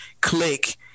click